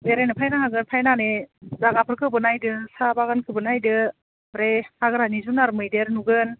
बेरायनो फैनो हागोन फैनानै जायगाफोरखौबो नायनो हायदो साहा बागानखौबो नायदो ओमफ्राय हाग्रानि जुनार मैदेर नुगोन